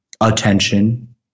attention